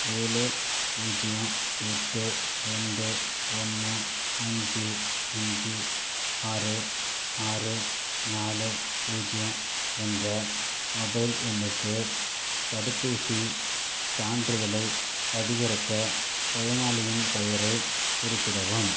ஏழு பூஜ்ஜியம் எட்டு ரெண்டு ஒன்று அஞ்சு அஞ்சு ஆறு ஆறு நாலு பூஜ்ஜியம் என்ற மொபைல் எண்ணுக்கு தடுப்பூசிச் சான்றிதழைப் பதிவிறக்க பயனாளியின் பெயரை குறிப்பிடவும்